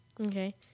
Okay